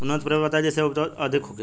उन्नत प्रभेद बताई जेसे उपज अधिक होखे?